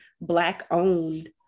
Black-owned